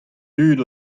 dud